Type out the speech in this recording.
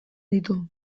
ditu